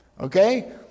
Okay